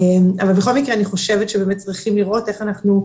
אבל בכל מקרה אני חושבת שצריכים לראות איך אנחנו,